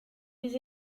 des